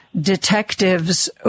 detectives